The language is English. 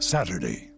Saturday